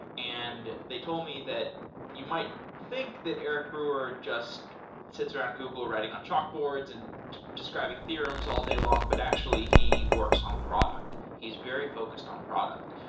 and they told me that you might think that eric brewer just sits around google writing on chalkboards and describing theorems all day long, but actually he works on product. he's very focused on product.